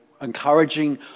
encouraging